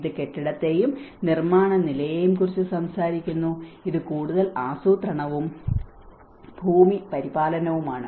ഇത് കെട്ടിടത്തെയും നിർമ്മാണ നിലയെയും കുറിച്ച് സംസാരിക്കുന്നു ഇത് കൂടുതൽ ആസൂത്രണവും ഭൂമി പരിപാലനവുമാണ്